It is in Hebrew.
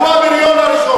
ותראה, הוא הבריון הראשון.